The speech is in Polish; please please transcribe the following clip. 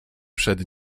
przed